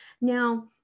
Now